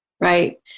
Right